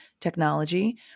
technology